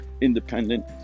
independent